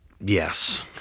Yes